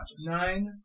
Nine